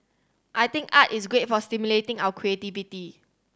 I think art is great for stimulating our creativity